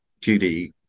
2D